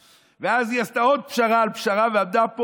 ואז היא עשתה עוד פשרה על פשרה ועמדה פה